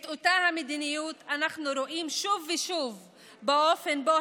את אותה המדיניות אנחנו רואים שוב ושוב באופן שבו